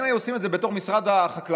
אם היו עושים את זה בתוך משרד החקלאות